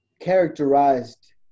characterized